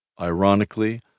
Ironically